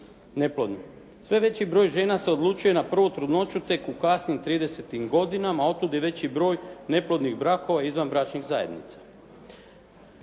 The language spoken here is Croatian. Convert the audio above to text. Sve veći broj žena se odlučuje na prvu trudnoću tek u kasnijim tridesetim godinama a od tuda i veći broj neplodnih brakova i izvanbračnih zajednica.